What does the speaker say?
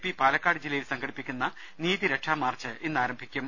P Palakkad ജില്ലയിൽ സംഘടിപ്പിക്കുന്ന നീതി രക്ഷാ മാർച്ച് ഇന്ന് ആരംഭിക്കും